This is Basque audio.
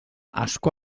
asko